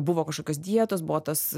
buvo kažkokios dietos buvo tas